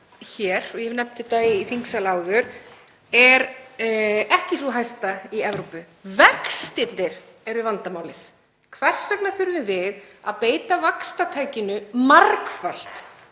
hér, og ég hef nefnt þetta í þingsal áður, er ekki sú hæsta í Evrópu. Vextirnir eru vandamálið. Hvers vegna þurfum við að beita vaxtatækjum margfalt